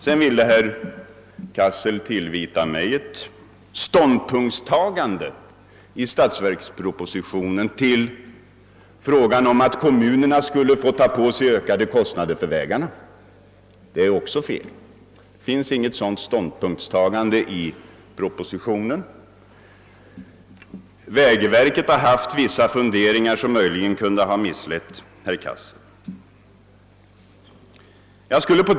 Sedan ville herr Cassel tillvita mig ett ståndpunktstagande i statsverkspropositionen som innebar att kommunerna skulle få ta på sig ökade kostnader för vägarna. Det är också felaktigt. Det finns inget sådant ståndpunktstagande i propositionen. Vägverket har emellertid haft vissa funderingar, som möjligen kan ha misslett herr Cassel.